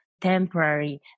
temporary